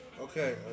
Okay